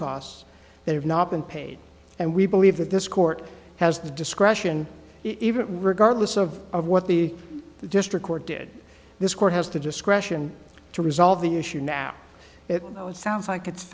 costs that have not been paid and we believe that this court has the discretion even regardless of of what the district court did this court has to discretion to resolve the issue now it sounds like it's